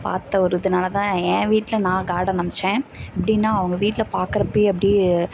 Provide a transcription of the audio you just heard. பார்த்த ஒரு இதுனால தான் என் வீட்டில் நான் காடன் அமைத்தேன் எப்படின்னா அவங்க வீட்டில் பாக்கிறப்பயே அப்படியே